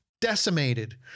decimated